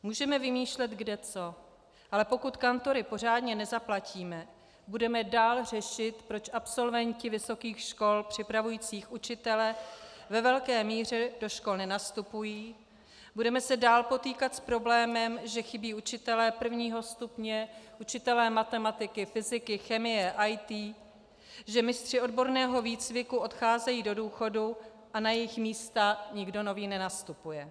Můžeme vymýšlet kdeco, ale pokud kantory pořádně nezaplatíme, budeme dál řešit, proč absolventi vysokých škol připravující učitele ve velké míře do škol nenastupují, budeme se dál potýkat s problémem, že chybí učitelé prvního stupně, učitelé matematiky, fyziky, chemie, IT, že mistři odborného výcviku odcházejí do důchodu a na jejich místa nikdo nový nenastupuje.